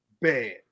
bad